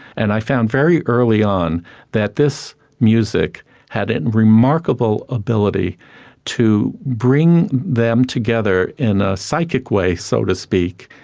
and i found very early on that this music had a remarkable ability to bring them together in a psychic way, so to speak,